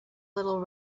little